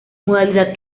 modalidad